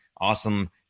awesome